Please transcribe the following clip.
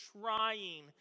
trying